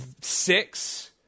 six